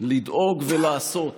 לדאוג ולעשות